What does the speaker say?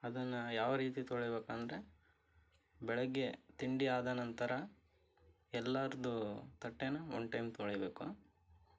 ಅದನ್ನು ಯಾವ ರೀತಿ ತೊಳಿಬೇಕಂದರೆ ಬೆಳಗ್ಗೆ ತಿಂಡಿ ಆದ ನಂತರ ಎಲ್ಲರದು ತಟ್ಟೆನ ಒಂದು ಟೈಮ್ ತೊಳಿಬೇಕು